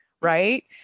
right